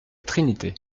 trinité